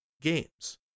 games